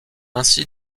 ainsi